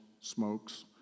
smokes